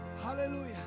Hallelujah